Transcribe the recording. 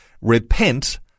Repent